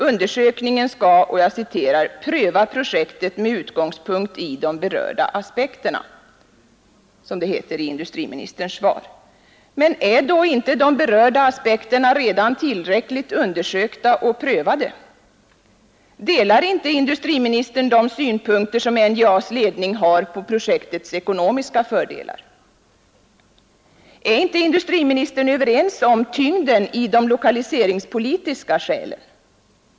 Undersökningen skall ”pröva projektet med utgångspunkt i de berörda aspekterna”, heter det i industriministerns svar. Men är inte de berörda aspekterna redan tillräckligt undersökta och prövade? Delar inte industriministern de synpunkter NJA:s ledning har på projektets ekonomiska fördelar? Är inte industriministern överens om tyngden i de lokaliseringspolitiska skälen?